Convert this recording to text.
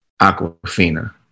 Aquafina